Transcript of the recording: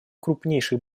крупнейших